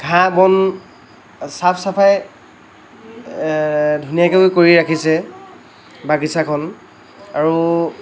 ঘাঁহ বন চাফ চাফাই ধুনীয়াকৈ কৰি ৰাখিছে বাগিছাখন আৰু